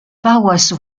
paroisses